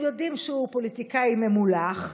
הם יודעים שהוא פוליטיקאי ממולח,